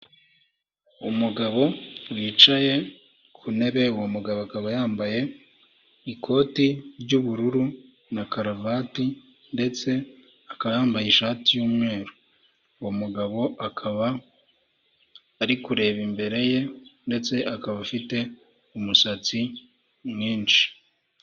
Umugabo wicaye ku ntebe, uwo mugabo akaba yambaye ikoti ry'ubururu na karuvati, ndetse akayambaye ishati y'umweru, uwo mugabo akaba ari kureba imbere ye, ndetse akaba afite umusatsi mwinshi.